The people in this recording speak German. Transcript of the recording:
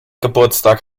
geburtstag